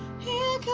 here